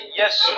yes